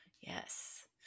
Yes